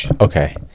okay